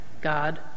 God